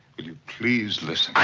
will you please listen.